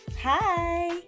Hi